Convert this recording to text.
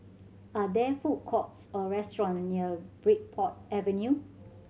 are there food courts or restaurant near Bridport Avenue